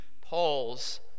Paul's